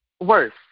Worse